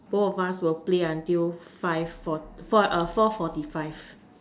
both of us will play until five four four err four forty five